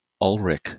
Ulrich